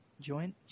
joint